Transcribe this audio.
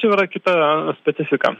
jau yra kita specifika